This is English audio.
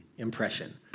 impression